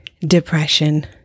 depression